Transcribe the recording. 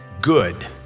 good